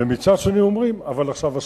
ומצד שני אומרים: אבל עכשיו שבת.